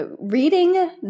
Reading